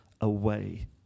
Away